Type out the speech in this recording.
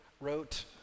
wrote